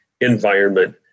environment